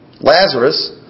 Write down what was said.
Lazarus